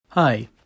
Hi